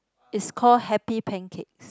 is call Happy Pancakes